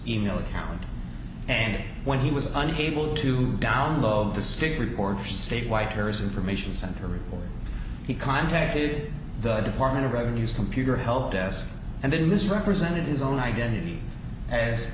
email account and when he was unable to download the stick reports state whitehurst information center he contacted the department of revenue used computer helpdesk and then this represented his own identity as